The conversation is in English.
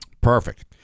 perfect